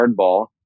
hardball